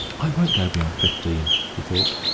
i won't go beyond fifteen, he thought.